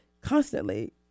constantly